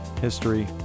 history